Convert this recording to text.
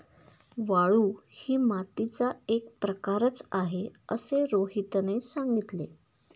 वाळू ही मातीचा एक प्रकारच आहे असे रोहितने सांगितले